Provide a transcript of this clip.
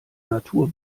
natur